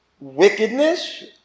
wickedness